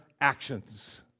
actions